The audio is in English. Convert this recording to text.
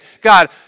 God